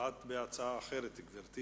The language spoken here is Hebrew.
לא, את בהצעה אחרת, גברתי.